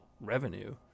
revenue